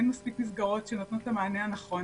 אין מספיק מסגרות שנותנות את המענה הנכון,